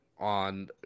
on